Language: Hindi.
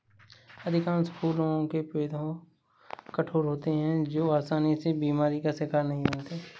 अधिकांश फूलों के पौधे कठोर होते हैं जो आसानी से बीमारी का शिकार नहीं बनते